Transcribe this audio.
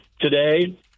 today